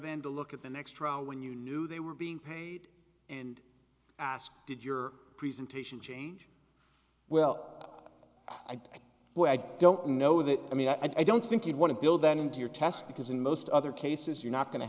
then to look at the next round when you knew they were being asked did your presentation change well i do but i don't know that i mean i don't think you'd want to build that into your test because in most other cases you're not going to